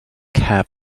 cab